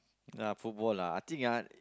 ya football lah I think ah